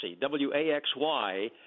W-A-X-Y